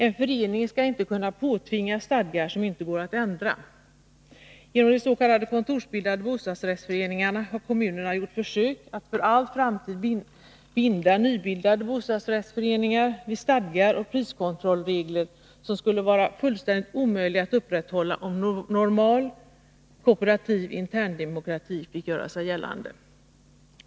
En förening skall inte kunna påtvingas stadgar som inte går att ändra. Genom de s.k. kontorsbildade bostadsrättsföreningarna har kommunerna gjort försök att för all framtid binda nybildade bostadsrättsföreningar vid stadgar och priskontrollregler som skulle vara fullständigt omöjliga att upprätthålla om normal kooperativ interndemokrati fick göra sig gällande. Fru talman!